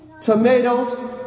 Tomatoes